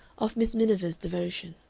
of miss miniver's devotion.